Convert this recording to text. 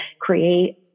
create